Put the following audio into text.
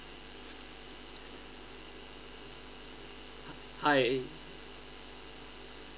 hi